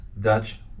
dutch